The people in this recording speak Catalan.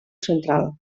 central